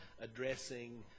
addressing